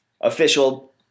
official